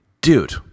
Dude